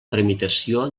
tramitació